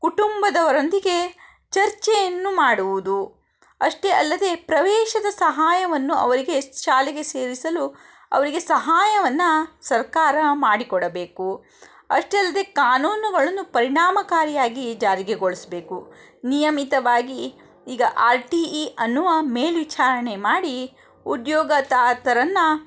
ಕುಟುಂಬದವರೊಂದಿಗೆ ಚರ್ಚೆಯನ್ನು ಮಾಡುವುದು ಅಷ್ಟೇ ಅಲ್ಲದೆ ಪ್ರವೇಶದ ಸಹಾಯವನ್ನು ಅವರಿಗೆ ಶಾಲೆಗೆ ಸೇರಿಸಲು ಅವರಿಗೆ ಸಹಾಯವನ್ನು ಸರ್ಕಾರ ಮಾಡಿಕೊಡಬೇಕು ಅಷ್ಟೇ ಅಲ್ಲದೇ ಕಾನೂನುಗಳನ್ನೂ ಪರಿಣಾಮಕಾರಿಯಾಗಿ ಜಾರಿಗೊಳ್ಸ್ಬೇಕು ನಿಯಮಿತವಾಗಿ ಈಗ ಆರ್ ಟಿ ಈ ಅನ್ನುವ ಮೇಲ್ವಿಚಾರಣೆ ಮಾಡಿ ಉದ್ಯೋಗದಾತರನ್ನು